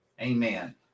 Amen